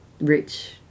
Rich